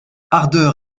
ardeur